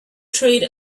trade